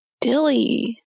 Dilly